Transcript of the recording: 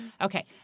okay